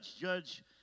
Judge